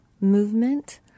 movement